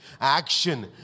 action